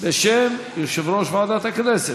בשם יושב-ראש ועדת הכנסת,